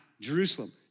Jerusalem